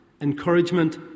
Encouragement